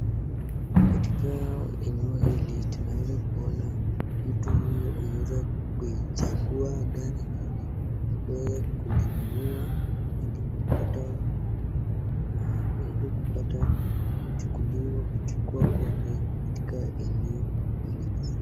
Katika eneo hili tunaweza kuona mtu huyu ameweza kuichagua gari kuinunua ili kupata mae... ili kupata kuchukuliwa kuchua kwake katika eneo hili.